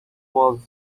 was